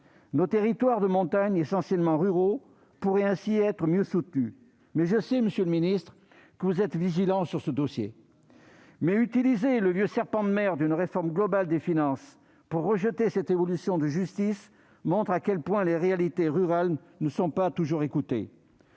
Nos territoires de montagne, qui sont essentiellement ruraux, pourraient ainsi être mieux soutenus. Je sais, monsieur le secrétaire d'État, que vous êtes vigilant sur ce dossier. Utiliser le vieux serpent de mer d'une réforme globale des finances pour rejeter cette évolution de justice montre à quel point les réalités rurales ne sont pas toujours écoutées.